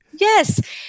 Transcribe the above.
Yes